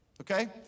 Okay